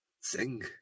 sing